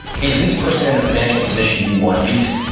is this person in the financial position you want to be in?